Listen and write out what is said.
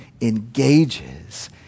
engages